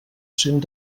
cent